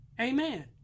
Amen